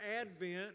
Advent